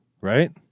right